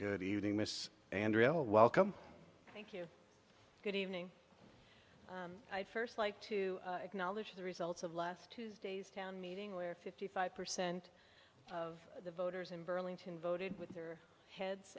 good evening miss andrea welcome thank you good evening i first like to acknowledge the results of last tuesday's town meeting where fifty five percent of the voters in burlington voted with their heads